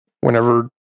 whenever